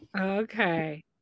Okay